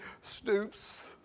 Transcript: stoops